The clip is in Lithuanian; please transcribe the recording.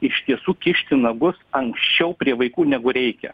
iš tiesų kišti nagus anksčiau prie vaikų negu reikia